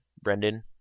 Brendan